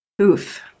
Oof